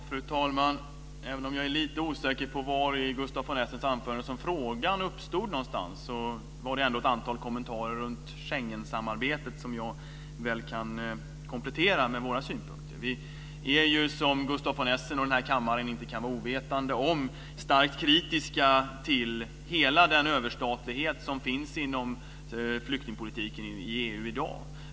Fru talman! Även om jag är lite osäker på var i Gustaf von Essens anförande frågan uppstod kan jag ändå konstatera att det gjordes ett antal kommentarer till Schengensamarbetet som jag kan komplettera med våra synpunkter. Som Gustaf von Essen och kammarens ledamöter i övrigt inte kan vara ovetande om är vi starkt kritiska till hela den överstatlighet som finns inom flyktingpolitiken i EU i dag.